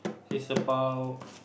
is about